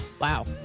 wow